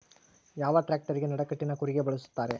ಯಾವ ಟ್ರ್ಯಾಕ್ಟರಗೆ ನಡಕಟ್ಟಿನ ಕೂರಿಗೆ ಬಳಸುತ್ತಾರೆ?